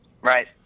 Right